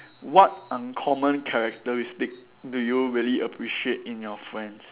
what uncommon characteristic do you really appreciate in your friends